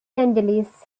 angeles